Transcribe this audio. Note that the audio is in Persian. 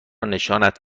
نشانت